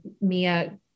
Mia